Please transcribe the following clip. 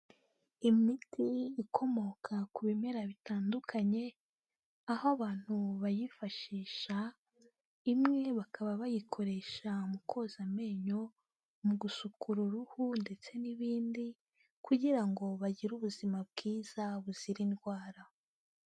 Imiti ikomoka ku bimera bitandukanye, aho abantu bayifashisha, imwe bakaba bayikoresha mu koza amenyo, mu gusukura uruhu ndetse n'ibindi, kugira ngo bagire ubuzima bwiza buzira indwara.